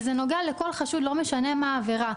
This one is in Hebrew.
וזה נוגע לכל חשוד לא משנה מה העבירה.